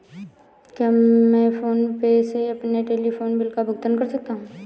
क्या मैं PhonePe से अपने टेलीफोन बिल का भुगतान कर सकता हूँ?